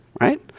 right